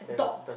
there's a dog